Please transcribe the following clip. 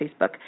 Facebook